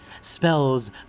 spells